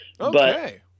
Okay